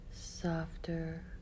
softer